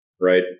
right